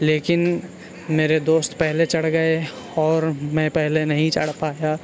لیکن میرے دوست پہلے چڑھ گیے اور میں پہلے نہیں چڑھ پایا